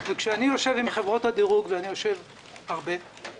כשאני יושב עם חברות הדירוג ואני נפגש איתן הרבה,